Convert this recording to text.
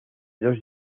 dos